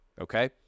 Okay